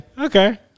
Okay